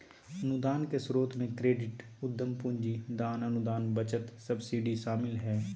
अनुदान के स्रोत मे क्रेडिट, उधम पूंजी, दान, अनुदान, बचत, सब्सिडी शामिल हय